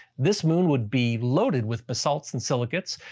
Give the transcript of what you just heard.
this moon would be loaded with basalts and silicates,